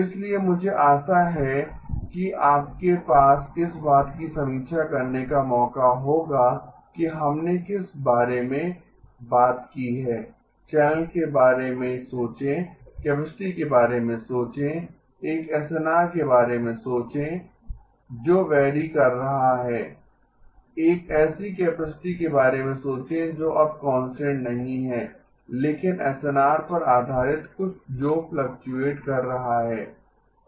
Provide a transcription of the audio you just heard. इसलिए मुझे आशा है कि आपके पास इस बात की समीक्षा करने का मौका होगा कि हमने किस बारे में बात की है चैनल के बारे में सोचें कैपेसिटी के बारे में सोचें एक एसएनआर के बारे में सोचें जो वैरी कर रहा है एक ऐसी कैपेसिटी के बारे में सोचें जो अब कांस्टेंट नहीं है लेकिन एसएनआर पर आधारित कुछ जो फ्लक्टुएट कर रहा है